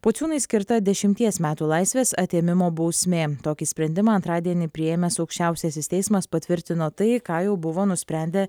pociūnai skirta dešimties metų laisvės atėmimo bausmė tokį sprendimą antradienį priėmęs aukščiausiasis teismas patvirtino tai ką jau buvo nusprendę